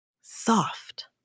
Soft